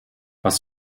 was